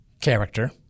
character